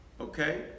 Okay